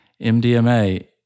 MDMA